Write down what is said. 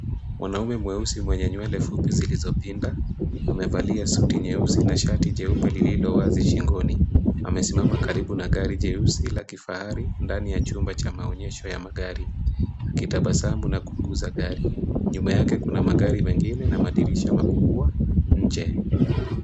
Mwanamume mweusi mwenye nywele fupi zilizopinda, amevalia suti nyeusi na shati jeupe lililo wazi shingoni. Amesimama karibu na gari jeusi la kifahari ndani ya chumba cha maonyesho ya magari akitabasamu na kugusa gari. Nyuma yake kuna magari mengine na madirisha makubwa nje.